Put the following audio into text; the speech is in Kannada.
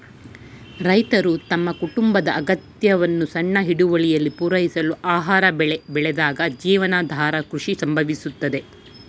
ರೈತರು ತಮ್ಮ ಕುಟುಂಬದ ಅಗತ್ಯನ ಸಣ್ಣ ಹಿಡುವಳಿಲಿ ಪೂರೈಸಲು ಆಹಾರ ಬೆಳೆ ಬೆಳೆದಾಗ ಜೀವನಾಧಾರ ಕೃಷಿ ಸಂಭವಿಸುತ್ತದೆ